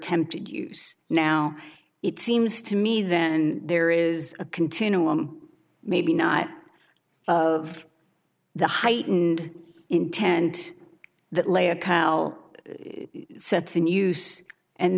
attempted use now it seems to me then there is a continuum maybe not of the heightened intend that lay a cow sets in use and